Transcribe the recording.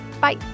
Bye